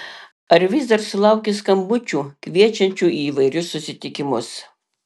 ar vis dar sulauki skambučių kviečiančių į įvairius susitikimus